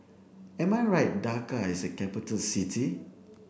am I right Dhaka is a capital city